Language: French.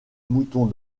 moutons